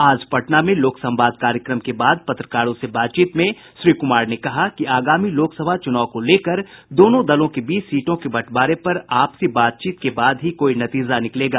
आज पटना में लोक संवाद कार्यक्रम के बाद पत्रकारों से बातचीत में श्री क्मार ने कहा कि आगामी लोकसभा चुनाव को लेकर दोनों दलों के बीच सीटों के बंटवारे पर आपसी बातचीत के बाद ही कोई नतीजा निकलेगा